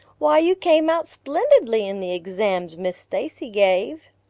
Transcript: why, you came out splendidly in the exams miss stacy gave.